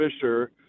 Fisher